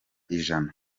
ijana